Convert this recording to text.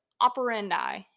operandi